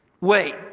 Wait